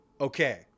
Okay